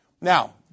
Now